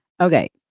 Okay